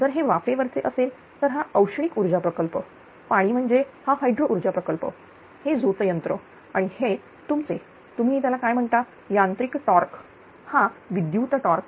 जर हे वाफेवरचे असेल तर हा औष्णिक ऊर्जा प्रकल्प पाणी म्हणजे हा हाइड्रो ऊर्जा प्रकल्प हे झोत यंत्र आणि हा तुमचे तुम्ही त्याला काय म्हणता यांत्रिक टॉर्क हा विद्युत टॉर्क